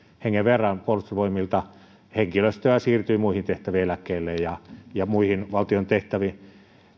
hengen verran puolustusvoimilta siirtyi henkilöstöä muihin tehtäviin eläkkeelle ja ja muihin valtion tehtäviin